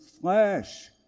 flesh